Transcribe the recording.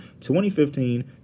2015